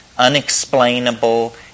unexplainable